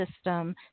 system